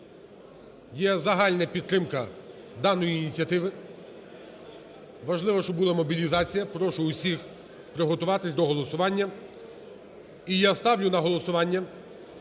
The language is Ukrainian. Є загальна підтримка даної ініціативи. Важливо, щоб була мобілізація. Прошу всіх приготуватись до голосування. І я ставлю на голосування